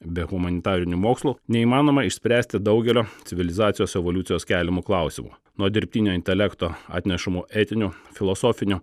be humanitarinių mokslų neįmanoma išspręsti daugelio civilizacijos evoliucijos keliamų klausimų nuo dirbtinio intelekto atnešamo etinių filosofinių